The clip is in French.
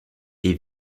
est